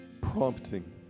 prompting